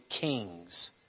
kings